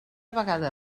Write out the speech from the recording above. vegada